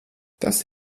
tas